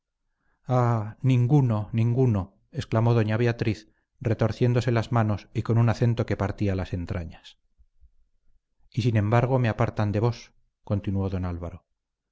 ah ninguno ninguno exclamó doña beatriz retorciéndose las manos y con un acento que partía las entrañas y sin embargo me apartan de vos continuó don álvaro